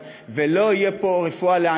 אבל אם אזרחי מדינת ישראל,